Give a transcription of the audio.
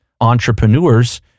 Entrepreneurs